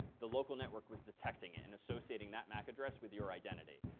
the local network was detecting it. and associating that mac address with your identity.